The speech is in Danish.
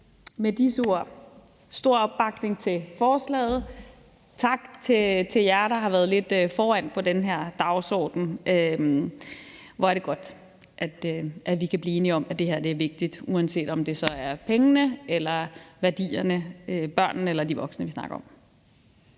jeg give stor opbakning til forslaget. Tak til jer, der har været lidt foran på den her dagsorden. Hvor er det godt, at vi kan blive enige om, at det her er vigtigt, uanset om det så handler om pengene eller værdierne, børnene eller de voksne, vi snakker om.